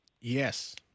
Yes